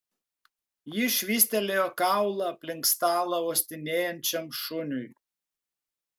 ji švystelėjo kaulą aplink stalą uostinėjančiam šuniui